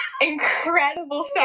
incredible